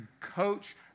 coach